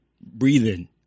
breathing